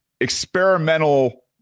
experimental